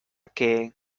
que